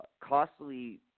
costly